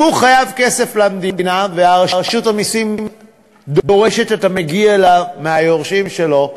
אם הוא חייב כסף למדינה ורשות המסים דורשת את המגיע לה מהיורשים שלו,